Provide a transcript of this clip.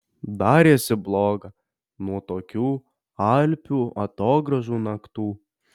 darėsi bloga nuo tokių alpių atogrąžų naktų